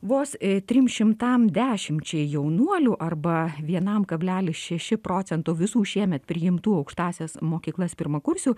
vos trim šimtam dešimčiai jaunuolių arba vienam kablelis šeši procentų visų šiemet priimtų į aukštąsias mokyklas pirmakursių